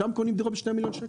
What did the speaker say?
שם קונים דירות ב-2 מיליון שקל.